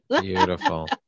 Beautiful